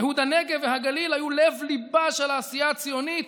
ייהוד הנגב והגליל היו לב-ליבה של העשייה הציונית,